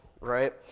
right